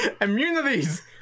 immunities